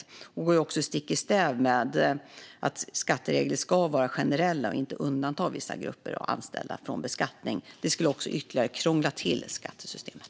Sådana regler går också stick i stäv med att skatteregler ska vara generella och inte ska undanta vissa grupper av anställda från beskattning. Det skulle också ytterligare krångla till skattesystemet.